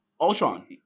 Ultron